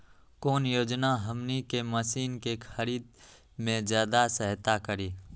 कौन योजना हमनी के मशीन के खरीद में ज्यादा सहायता करी?